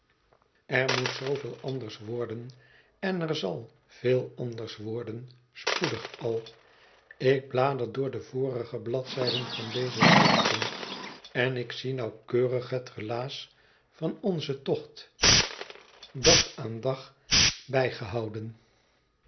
er moet zooveel anders worden en er zal veel anders worden spoedig al ik blader door de vorige bladzijden van deze schriften en ik zie nauwkeurig het relaas van onzen tocht dag aan dag bijgehouden